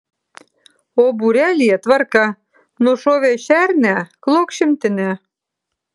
o būrelyje tvarka nušovei šernę klok šimtinę